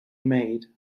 made